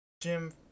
Jim